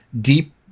deep